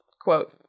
Quote